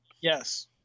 Yes